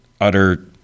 utter